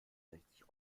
sechzig